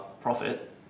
profit